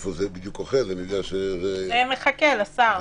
איפה זה בדיוק עומד- -- זה מחכה לשר.